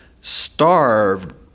starved